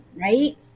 right